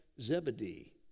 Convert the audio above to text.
Zebedee